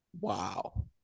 wow